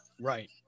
Right